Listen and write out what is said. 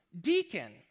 deacon